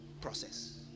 process